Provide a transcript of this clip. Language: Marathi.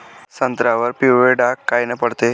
संत्र्यावर पिवळे डाग कायनं पडते?